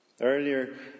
Earlier